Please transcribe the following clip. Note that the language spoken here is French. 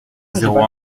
zéro